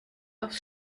aufs